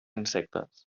insectes